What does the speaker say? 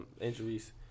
injuries